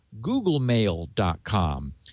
googlemail.com